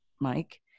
Mike